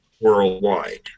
worldwide